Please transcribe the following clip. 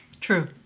True